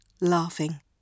laughing